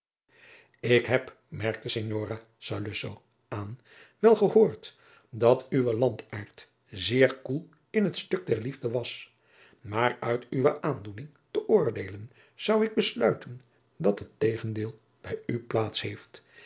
ik heb merkte signora saluzzo aan wel gehoord dat uwe landaard zeer koel in het stuk der liefde was maar uit uwe aandoening te oordeelen zou ik besluiten dat het tegendeel bij u plaats heeft